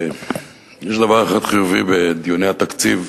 יש דבר אחד חיובי בדיוני התקציב,